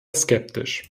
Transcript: skeptisch